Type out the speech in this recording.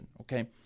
okay